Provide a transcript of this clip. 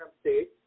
states